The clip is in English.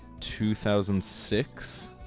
2006